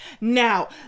Now